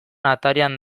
atarian